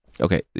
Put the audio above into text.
Okay